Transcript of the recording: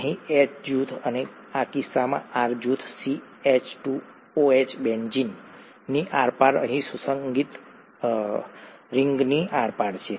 અહીં H જૂથ અને આ કિસ્સામાં R જૂથ CH2 OH બેન્ઝીન ની આરપાર અહીં સુગંધિત રિંગની આરપાર છે